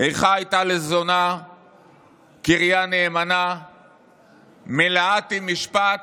"איכה היתה לזונה קריה נאמנה מלאתי משפט